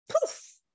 poof